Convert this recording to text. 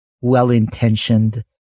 well-intentioned